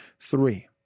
three